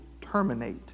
terminate